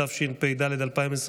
התשפ"ד 2023,